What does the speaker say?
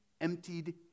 emptied